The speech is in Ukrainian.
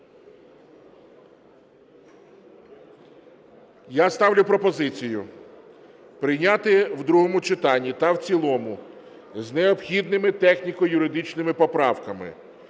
Я ставлю пропозицію прийняти в другому читанні та в цілому з необхідними техніко-юридичними поправками